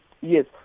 Yes